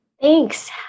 Thanks